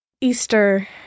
Easter